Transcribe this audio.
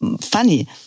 funny